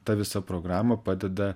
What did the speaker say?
ta visa programa padeda